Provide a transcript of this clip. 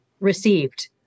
received